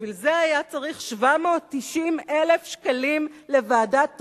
בשביל זה היה צריך 790,000 שקלים לוועדת-טרכטנברג?